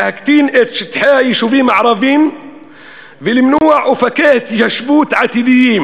להקטין את שטחי היישובים הערביים ולמנוע אופקי התיישבות עתידיים,